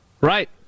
Right